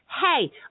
hey